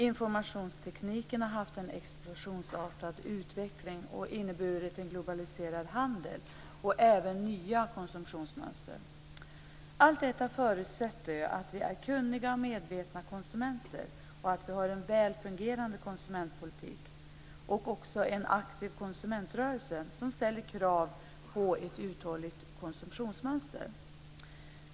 Informationstekniken har haft en explosionsartad utveckling och inneburit en globaliserad handel och även nya konsumtionsmönster. Allt detta förutsätter att vi är kunniga och medvetna konsumenter och att vi har en väl fungerande konsumentpolitik liksom också en aktiv konsumentrörelse som ställer krav på ett uthålligt konsumtionsmönster.